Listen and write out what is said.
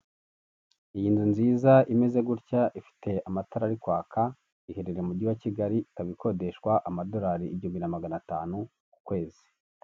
Iyi nzu nziza imeze gutya ifite amatara ari kwaka iherereye mu mujyi wa Kigali, ikaba ikodeshwa amadolari igihumbi na magana atanu ku kwezi.